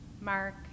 Mark